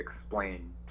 explain